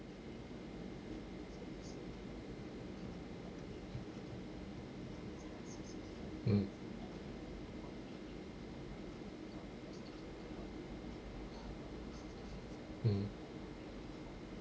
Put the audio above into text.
mm mm